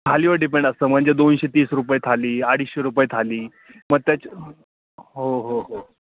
थालीवर depend असतं म्हणजे दोनशे तीस रुपये थाली अडीचशे रुपये थाली मग त्याच हो हो हो